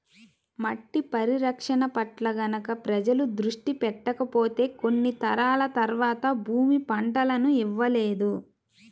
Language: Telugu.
మట్టి పరిరక్షణ పట్ల గనక ప్రజలు దృష్టి పెట్టకపోతే కొన్ని తరాల తర్వాత భూమి పంటలను ఇవ్వలేదు